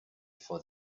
for